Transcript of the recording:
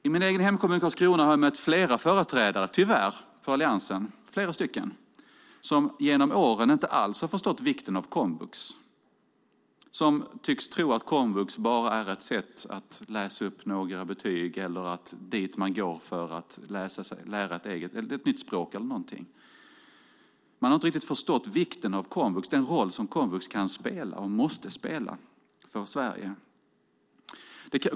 I min egen hemkommun Karlskrona har jag mött flera företrädare, tyvärr, för Alliansen som genom åren inte alls har förstått vikten av komvux, som tycks tro att komvux bara är ett sätt att läsa upp några betyg eller att det är dit man går för att lära sig ett nytt språk eller någonting. De har inte riktigt förstått vikten av komvux och den roll som komvux kan spela och måste spela för Sverige.